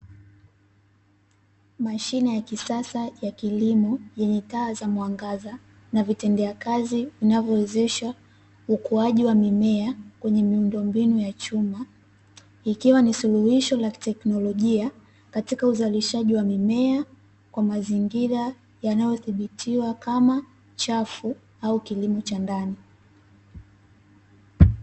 Mashine ya kisasa ya kilimo, yenye taa za mwangaza na vitendea kazi vinavyowezesha ukuaji wa mimea kwenye miundombinu ya chuma, ikiwa ni suluhisho la kiteknolojia katika uzalishaji wa mimea kwa mazingira yanayodhibitiwa kama chafu au kilimo cha ndani.